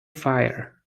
fire